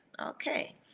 Okay